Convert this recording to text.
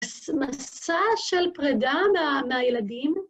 מסע של פרידה מה... מהילדים.